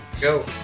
Go